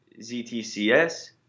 ZTCS